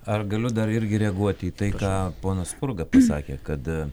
ar galiu dar irgi reaguot į tai ką ponas spurga pasakė kad